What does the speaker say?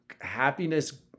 happiness